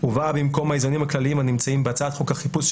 ובאה במקום האיזונים הכלליים הנמצאים בהצעת חוק החיפוש,